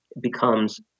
becomes